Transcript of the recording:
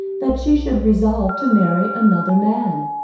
that she should resolve to marry another man.